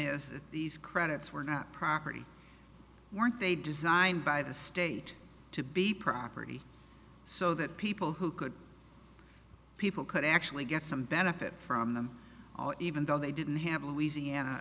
that these credits were not property weren't they designed by the state to be property so that people who could people could actually get some benefit from them even though they didn't have louisiana